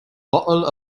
bottle